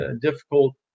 difficult